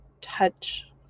touch